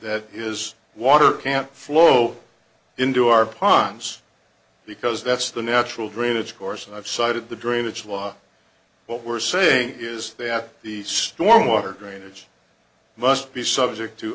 that his water can't flow into our ponds because that's the natural drainage course and i've cited the drainage law what we're saying is that the storm water drainage must be subject to